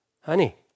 honey